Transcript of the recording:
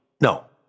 No